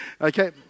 Okay